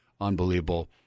unbelievable